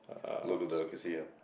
local delicacy ah